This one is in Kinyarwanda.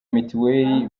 mitiweli